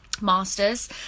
Masters